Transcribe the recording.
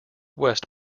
west